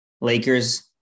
Lakers